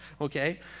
okay